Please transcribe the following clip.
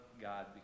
God